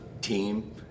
team